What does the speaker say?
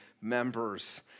members